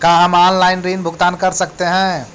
का हम आनलाइन ऋण भुगतान कर सकते हैं?